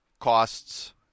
costs